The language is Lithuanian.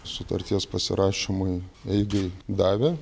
sutarties pasirašymui eigai davė